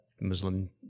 Muslim